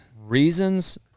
Reasons